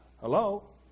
hello